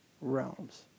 realms